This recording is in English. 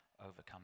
overcome